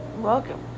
welcome